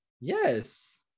yes